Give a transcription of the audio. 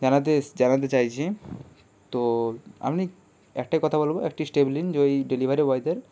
জানাতে এস জানাতে চাইছি তো আপনি একটাই কথা বলবো একটি স্টেপ নিন যে ওই ডেলিভারি বয়দের